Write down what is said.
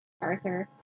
arthur